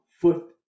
foot